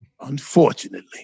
unfortunately